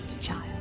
child